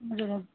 हजुर हजुर